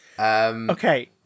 Okay